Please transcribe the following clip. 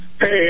Hey